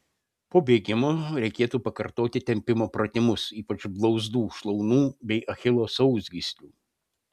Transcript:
po bėgimo reikėtų pakartoti tempimo pratimus ypač blauzdų šlaunų bei achilo sausgyslių